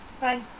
Bye